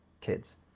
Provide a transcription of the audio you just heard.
kids